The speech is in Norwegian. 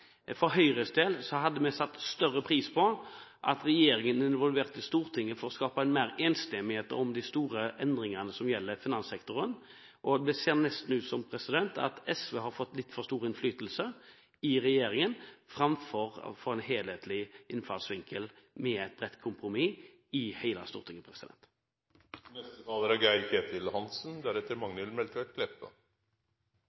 For Høyres del hadde vi satt større pris på at regjeringen involverte Stortinget for å skape en mer enstemmighet om de store endringene som gjelder finanssektoren. Det ser nesten ut som om SV har fått litt for stor innflytelse i regjeringen, framfor at vi får en helhetlig innfallsvinkel med et bredt kompromiss i hele Stortinget. Til representanten Kambe kan jeg si at det er